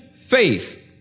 faith